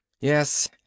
Yes